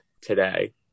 today